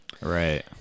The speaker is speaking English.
Right